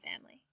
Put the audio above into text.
family